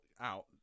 out